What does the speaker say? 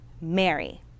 Mary